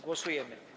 Głosujemy.